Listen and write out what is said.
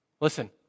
Listen